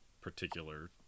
particular